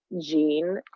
gene